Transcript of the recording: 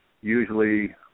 Usually